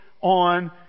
on